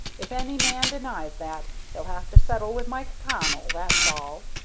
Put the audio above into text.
if any man denies that, he'll have to settle with mike connell, that's all.